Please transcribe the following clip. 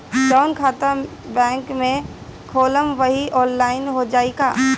जवन खाता बैंक में खोलम वही आनलाइन हो जाई का?